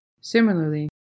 Similarly